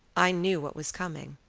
i knew what was coming.